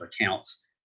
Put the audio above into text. accounts